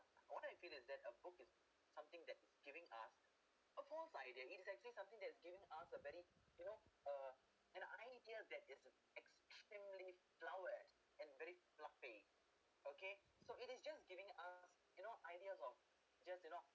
what I feel is that a book is something that giving us a false idea it is actually something that's giving us a very you know uh an idea that is extremely flowered and very fluffy okay so it is just giving us you know ideas of just you know